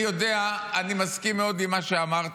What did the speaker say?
אני מסכים מאוד עם מה שאמרת.